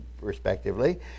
respectively